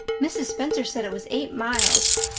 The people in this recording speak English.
mrs. spencer said it was eight miles.